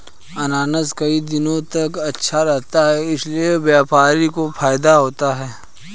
अनानास कई दिनों तक अच्छा रहता है इसीलिए व्यापारी को फायदा होता है